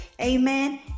Amen